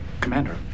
Commander